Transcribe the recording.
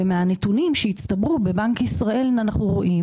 ומהנתונים שהצטברו בבנק ישראל אנחנו רואים